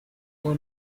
for